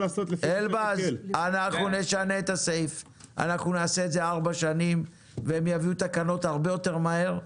אנחנו נעשה את זה ארבע שנים והם יביאו תקנות הרבה יותר מהר,